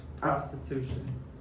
prostitution